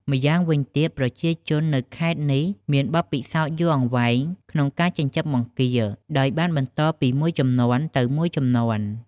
ម្យ៉ាងវិញទៀត ប្រជាជននៅខេត្តនេះមានបទពិសោធន៍យូរអង្វែងក្នុងការចិញ្ចឹមបង្គា ដោយបានបន្តពីមួយជំនាន់ទៅមួយជំនាន់។